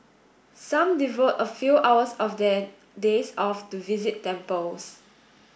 some devote a few hours of their days off to visit temples